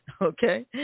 okay